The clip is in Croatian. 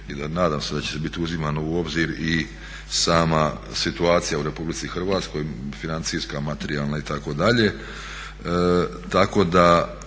i nadam se da će biti uzimano u obzir i sama situacija u Republici Hrvatskoj, financijska, materijalna itd..